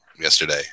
yesterday